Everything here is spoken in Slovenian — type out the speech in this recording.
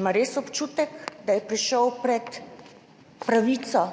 ima res občutek, da je prišel pred pravico,